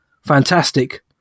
fantastic